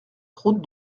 route